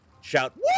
shout